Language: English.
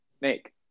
make